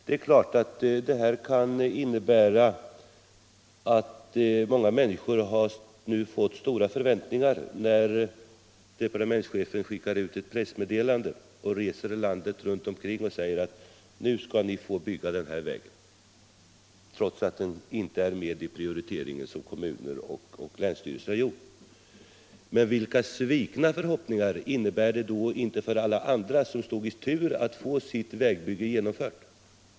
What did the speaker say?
Det är klart att många människor kan ha fått stora förväntningar när departementschefen skickat ut ett pressmeddelande och rest landet runt och sagt, att nu skall ni få bygga den här vägen, trots att den inte är med i den prioritering som kommuner och länsstyrelser gjort. Men vad innebär det inte i form av svikna förhoppningar för alla andra som stod i tur att få sitt vägbygge genomfört.